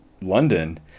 London